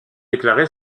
déclaré